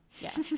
Yes